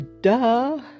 Duh